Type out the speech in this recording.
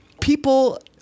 people